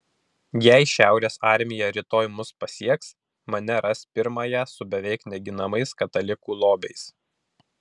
jei šiaurės armija rytoj mus pasieks mane ras pirmąją su beveik neginamais katalikų lobiais